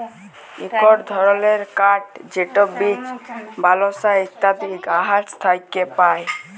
ইকট ধরলের কাঠ যেট বীচ, বালসা ইত্যাদি গাহাচ থ্যাকে পায়